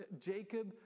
Jacob